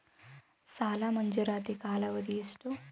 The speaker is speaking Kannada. ಸಾಲ ಮಂಜೂರಾತಿ ಕಾಲಾವಧಿ ಎಷ್ಟು?